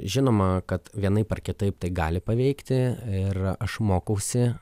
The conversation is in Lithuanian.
žinoma kad vienaip ar kitaip tai gali paveikti ir aš mokausi